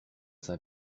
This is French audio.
saint